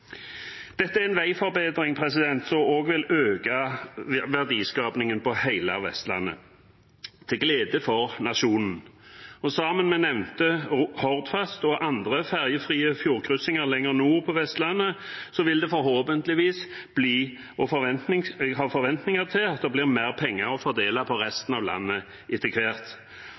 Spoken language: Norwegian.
Dette er en veiforbedring som også vil øke verdiskapingen på hele Vestlandet, til glede for nasjonen. Sammen med nevnte Hordfast og andre ferjefrie fjordkryssinger lenger nord på Vestlandet vil det forhåpentligvis bli – det har jeg forventninger om – mer penger å fordele på resten av landet